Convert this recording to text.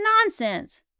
Nonsense